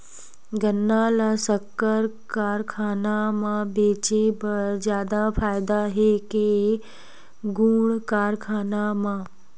गन्ना ल शक्कर कारखाना म बेचे म जादा फ़ायदा हे के गुण कारखाना म?